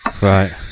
Right